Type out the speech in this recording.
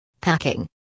Packing